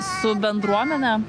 su bendruomene